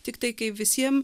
tiktai kai visiem